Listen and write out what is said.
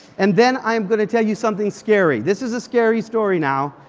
and then i'm going to tell you something scary. this is a scary story now,